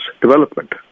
development